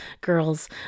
girls